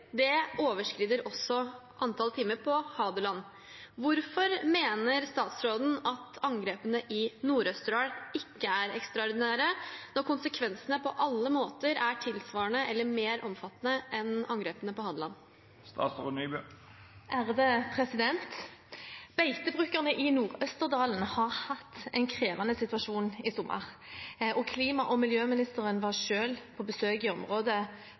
overskrider antall timer på Hadeland. Hvorfor mener statsråden at angrepene i Nord-Østerdal ikke er ekstraordinære, når konsekvensene på alle måter er tilsvarende eller mer omfattende enn angrepene på Hadeland?» Beitebrukerne i Nord-Østerdal har hatt en krevende situasjon i sommer. Klima- og miljøministeren var selv på besøk i området